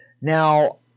now